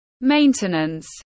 maintenance